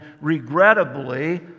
regrettably